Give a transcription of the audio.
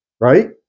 right